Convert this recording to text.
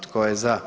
Tko je za?